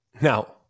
Now